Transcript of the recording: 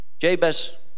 Jabez